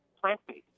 plant-based